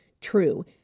true